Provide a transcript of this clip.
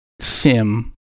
Sim